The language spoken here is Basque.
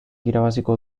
irabaziko